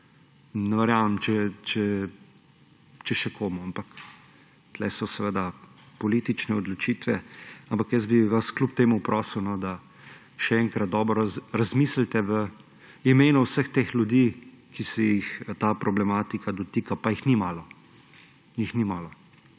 Ne verjamem, če še komu, ampak tu so seveda politične odločitve. Ampak jaz bi vas kljub temu prosil, da še enkrat dobro razmislite v imenu vseh teh ljudi, ki se jih ta problematika dotika, pa jih ni malo.